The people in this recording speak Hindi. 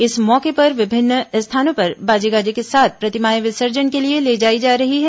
इस मौके पर विभिन्न स्थानों परं बाजे गाजे के साथ प्रतिमाएं विसर्जन के लिए ले जाई जा रही हैं